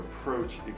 approach